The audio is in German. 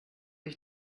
ich